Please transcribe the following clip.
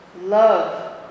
Love